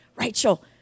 rachel